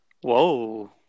Whoa